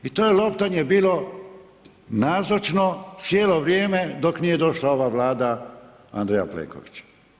I to je loptanje bilo nazočno cijelo vrijeme dok nije došla ova Vlada Andreja Plenkovića.